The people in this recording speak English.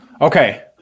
Okay